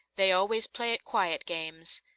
they always play at quiet games.